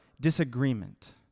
disagreement